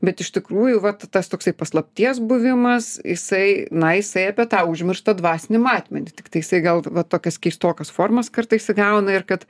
bet iš tikrųjų vat tas toksai paslapties buvimas jisai na jisai apie tą užmirštą dvasinį matmenį tiktai jisai gal va tokias keistokas formas kartais įgauna ir kad